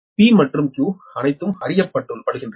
P மற்றும் Q அனைத்தும் அறியப்படுகின்றன